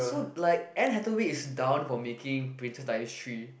so like Anne Hathaway is down for making Princess Diaries Three